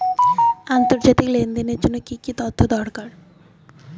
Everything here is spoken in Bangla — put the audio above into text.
আন্তর্জাতিক লেনদেনের জন্য কি কি তথ্য দরকার?